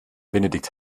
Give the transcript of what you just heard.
benedikt